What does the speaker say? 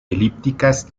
elípticas